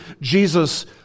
Jesus